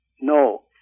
No